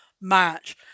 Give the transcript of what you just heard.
match